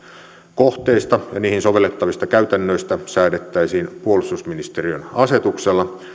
kohteista ja niihin sovellettavista käytännöistä säädettäisiin puolustusministeriön asetuksella